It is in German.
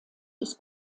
des